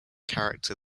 character